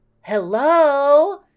Hello